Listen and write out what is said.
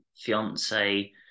fiance